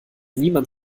niemand